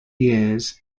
years